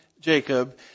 Jacob